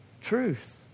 Truth